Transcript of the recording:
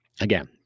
Again